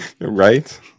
Right